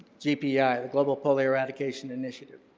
gpei, yeah the global polio eradication initiative.